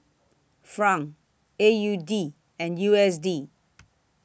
Franc A U D and U S D